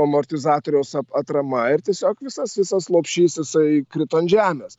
amortizatoriaus at atrama ir tiesiog visas visas lopšys jisai krito ant žemės